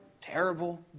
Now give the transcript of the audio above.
terrible